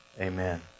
Amen